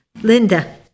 Linda